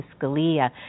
Scalia